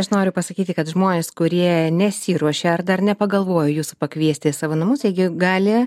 aš noriu pasakyti kad žmonės kurie nesiruošia ar dar nepagalvojo jūsų pakviesti į savo namus jie gi gali